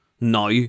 now